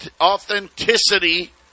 authenticity